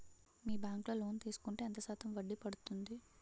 మీ bank లో loan తీసుకుంటే ఎంత శాతం వడ్డీ పడ్తుంది?